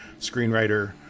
screenwriter